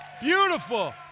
Beautiful